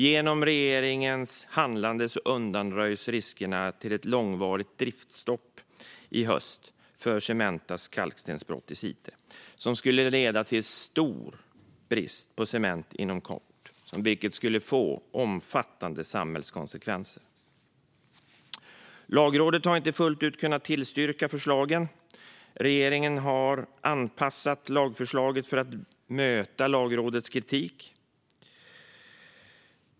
Genom regeringens handlande undanröjs riskerna för ett långvarigt driftsstopp i höst för Cementas kalkstensbrott i Slite, som skulle leda till stor brist på cement inom kort, vilket skulle få omfattande samhällskonsekvenser. Lagrådet har inte fullt ut kunnat tillstyrka förslaget. Regeringen har anpassat lagförslaget för att möta Lagrådets kritik.